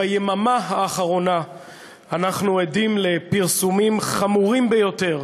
ביממה האחרונה אנחנו עדים לפרסומים חמורים ביותר